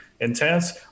intense